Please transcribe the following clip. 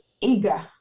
eager